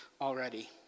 already